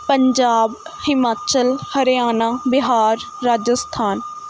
Punjab Himachal Haryana Bihar Rajasthan